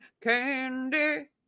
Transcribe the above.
candy